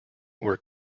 were